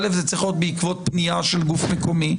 א' זה צריך להיות בעקבות פנייה של גוף מקומי,